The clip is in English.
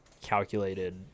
calculated